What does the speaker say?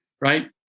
right